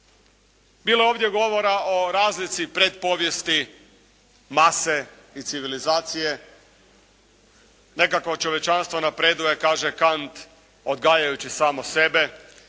Bilo je ovdje govora o razlici pretpovijesti mase i civilizacije. Nekako čovječanstvo napreduje, kaže Kant, odgajajući samo sebe.